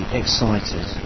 excited